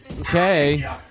Okay